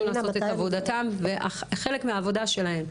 לעשות את עבודתם וחלק מהעבודה שלהם,